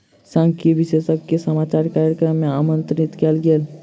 सांख्यिकी विशेषज्ञ के समाचार कार्यक्रम मे आमंत्रित कयल गेल